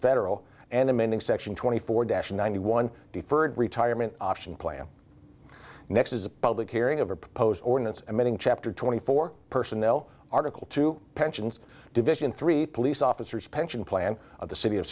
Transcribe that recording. federal and amending section twenty four dash ninety one deferred retirement option plan next is a public hearing of a proposed ordinance amending chapter twenty four personnel article two pensions division three police officers pension plan of the city of